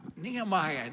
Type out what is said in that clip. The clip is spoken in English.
Nehemiah